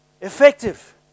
effective